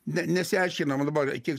ne nesiaiškinom dabar kiek